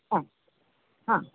अ हा